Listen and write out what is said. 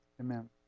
Amen